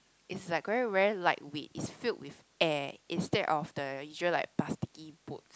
it's like very very lightweight it's filled with air instead of the usual like plasticky boats